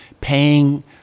paying